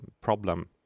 problem